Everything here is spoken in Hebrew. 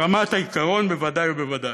ברמת העיקרון, בוודאי ובוודאי,